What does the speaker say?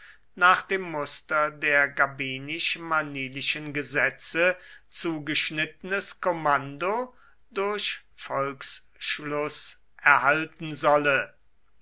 nach dem muster der gabinisch manilischen gesetze zugeschnittenes kommando durch volksschluß erhalten solle